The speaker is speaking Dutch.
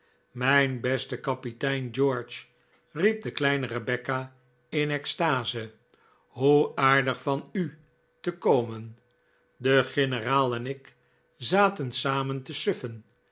mijn beste kapitein george riep de kleine rebecca in extase hoe aardig van u te komen de generaal en ik zaten samen te stiffen